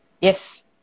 Yes